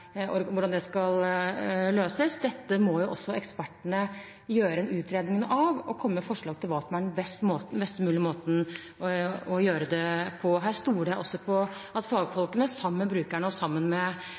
løses. Dette må ekspertene utrede og komme med forslag til hva som er den best mulige måten å gjøre det på. Her stoler jeg på at